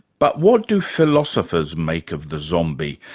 but what do philosophers make of the zombie,